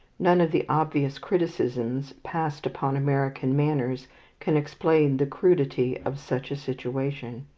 none of the obvious criticisms passed upon american manners can explain the crudity of such a situation.